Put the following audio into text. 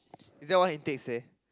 is that what Hin-Teck say